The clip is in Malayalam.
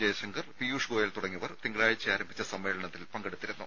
ജയശങ്കർ പീയൂഷ് ഗോയൽ തുടങ്ങിയവർ തിങ്കളാഴ്ച ആരംഭിച്ച സമ്മേളനത്തിൽ പങ്കെടുത്തിരുന്നു